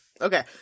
Okay